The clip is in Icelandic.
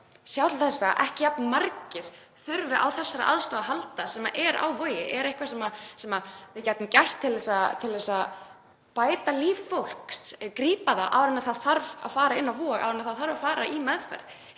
sjá til þess að ekki jafn margir þurfi á þeirri aðstoð að halda sem er í boði á Vogi. Er eitthvað sem við gætum gert til að bæta líf fólks, grípa það áður en það þarf að fara inn á Vog, áður en það þarf að fara í meðferð?